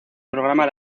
programa